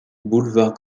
boulevard